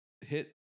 hit